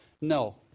No